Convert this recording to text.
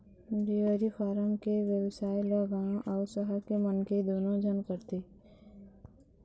dairy farm के बेवसाय ल गाँव अउ सहर के मनखे दूनो झन करथे